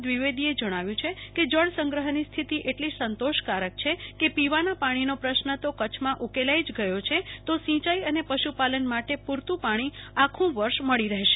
દ્વિવેદીએ જણાવ્યું છે કે જળ સંગ્રહની સ્થિતિ એટલી સંતોષકારક છે કે પીવાના પાણીનો પ્રશ્ન તો કચ્છમાં ઉકેલાઈ જ ગયો છે તો સિંચાઈ અને પશુપાલન માટે પૂરતું પાણી આખું વર્ષ મળી રહેશે